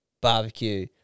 barbecue